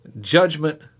Judgment